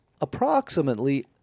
approximately